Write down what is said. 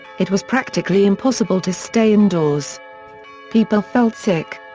it was practically impossible to stay indoors people felt sick.